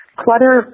clutter